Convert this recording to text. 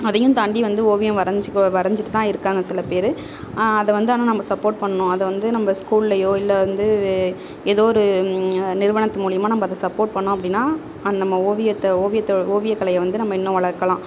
அதையும் தாண்டி வந்து ஓவியம் வரைஞ்சி வரைஞ்சிட்டு தான் இருக்காங்க சில பேர் அதை வந்து ஆனால் நம்ம சப்போர்ட் பண்ணணும் அதை வந்து நம்ம ஸ்கூல்லேயோ இல்லை வந்து ஏதோ ஒரு நிறுவனத்து மூலயமா நம்ம அதை சப்போர்ட் பண்ணிணோம் அப்படினா அது நம்ம ஓவியத்தை வந்து ஓவியக்கலையை வந்து நம்ம இன்னும் வளர்க்கலாம்